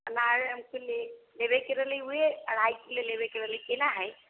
अनार हमरा लेबे के रहलै हऽ उहे अढ़ाई किलो लेबे के रहले हइ केना हइ